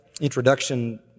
introduction